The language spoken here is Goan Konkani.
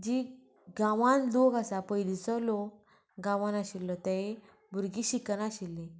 जी गांवान लोक आसा पयलींचे लोक गांवान आशिल्लो ते भुरगीं शिकनाशिल्ली